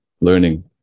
learning